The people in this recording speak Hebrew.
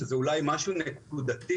שזה אולי משהו נקודתי,